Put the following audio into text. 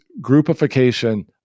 groupification